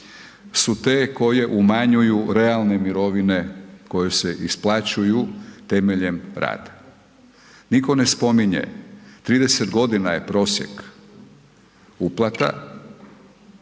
su te koje umanjuju realne mirovine koje se isplaćuju temeljem rada. Niko ne spominje 30 godina je prosjek uplata,